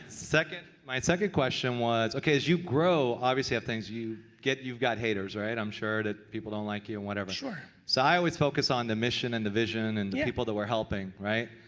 my second question was okay as you grow obviously have things you get you've got haters, right? i'm sure that people don't like you and whatever. sure. so i always focus on the mission and the vision and the people that we're helping, right?